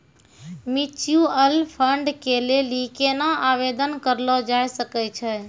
Mutual fund के लेली केना आवेदन करलो जाय सकै छै?